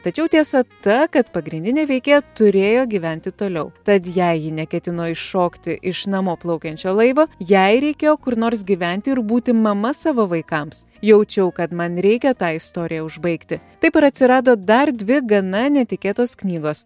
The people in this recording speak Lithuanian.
tačiau tiesa ta kad pagrindinė veikėja turėjo gyventi toliau tad jei ji neketino iššokti iš namo plaukiančio laivo jai reikėjo kur nors gyventi ir būti mama savo vaikams jaučiau kad man reikia tą istoriją užbaigti taip ir atsirado dar dvi gana netikėtos knygos